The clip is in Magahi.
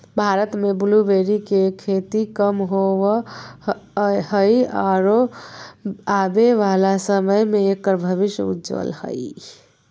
भारत में ब्लूबेरी के खेती कम होवअ हई आरो आबे वाला समय में एकर भविष्य उज्ज्वल हई